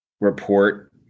report